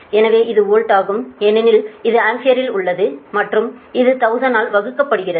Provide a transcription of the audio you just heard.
எனவே இது வோல்ட் ஆகும் ஏனெனில் இது ஆம்பியரில் உள்ளது மற்றும் இது 1000 ஆல் வகுக்கப்படுகிறது